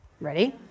Ready